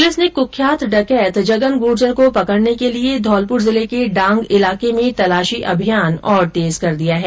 police ने कुख्यात डकैत जगन गुर्जर को पकड़ने के लिये राज्य के धौलपुर जिले के डांग इलाके में तलाशी अभियान को और तेज कर दिया है